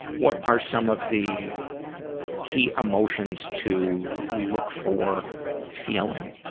what are some of the key emotions to look for feeling